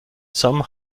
some